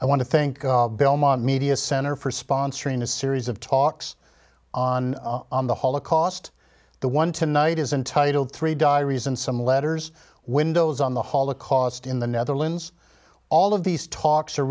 i want to thank belmont media center for sponsoring a series of talks on the holocaust the one tonight is entitled three diaries and some letters windows on the holocaust in the netherlands all of these talks are